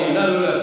נא לא להפריע.